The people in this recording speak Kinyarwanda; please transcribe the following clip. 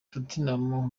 tottenham